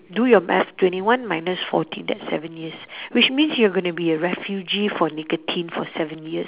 do your math twenty one minus fourteen that's seven years which means you are going to be a refugee for nicotine for seven years